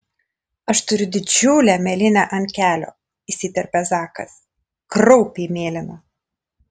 aš turiu didžiulę mėlynę ant kelio įsiterpia zakas kraupiai mėlyna